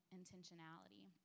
intentionality